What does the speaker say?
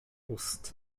ust